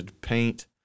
paint